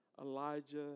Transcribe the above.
Elijah